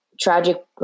tragic